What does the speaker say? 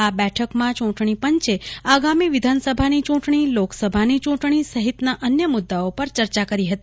આ બેઠકમાં ચૂંટણી પંચે આગામી વિધાનસભાની ચૂંટણી લોકસભાની ચૂંટણી સહિતના અન્ય મુદ્દાઓ પર ચર્ચા કરી હતી